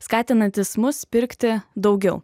skatinantys mus pirkti daugiau